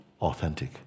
authentic